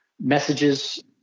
messages